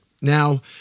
now